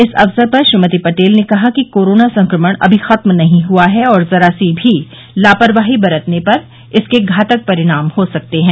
इस अवसर पर श्रीमती पटेल ने कहा कि कोरोना संक्रमण अभी खत्म नहीं हुआ है और जरा सी भी लापरवाही बरतने पर इसके घातक परिणाम हो सकते हैं